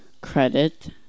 credit